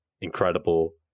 incredible